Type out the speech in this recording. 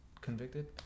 convicted